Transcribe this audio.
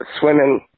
swimming